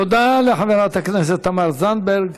תודה לחברת הכנסת תמר זנדברג.